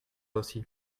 aussi